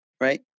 right